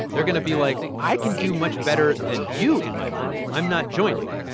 they're going to be like, i can do much better than you in my pool. i'm not joining.